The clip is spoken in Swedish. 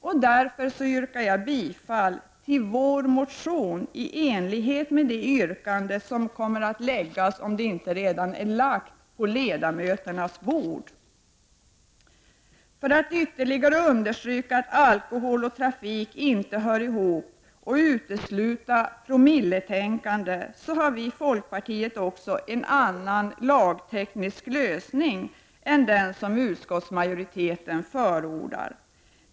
Jag yrkar därför bifall till vår motion i enlighet med det yrkande som kommer att läggas — om det inte redan har lagts — på ledamöternas bord med följande lydelse: För att ytterligare understryka att alkohol och trafik inte hör ihop och för att utesluta promilletänkande har vi i folkpartiet också en annan lagteknisk lösning än den som utskottsmajoriteten förordar.